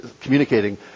communicating